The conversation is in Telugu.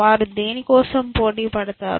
వారు దేని కోసం పోటీపడతారు